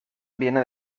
viene